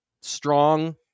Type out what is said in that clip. strong